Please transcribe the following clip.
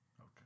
okay